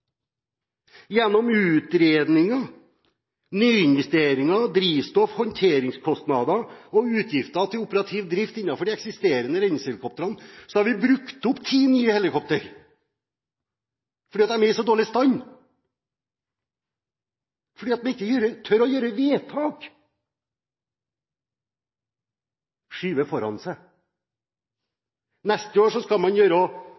Gjennom utredninger, nyinvesteringer, drivstoff, håndteringskostnader og utgifter til operativ drift av de eksisterende redningshelikoptrene vil vi ha brukt opp ti nye helikoptre, fordi de eksisterende er i så dårlig stand, fordi man ikke tør å gjøre vedtak – man skyver det foran seg. Neste år skal man i hvert fall gjøre